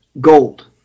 gold